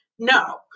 No